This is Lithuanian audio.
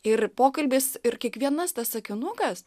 ir pokalbis ir kiekvienas tas sakinukas